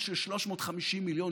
תודה לממלאת